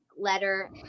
letter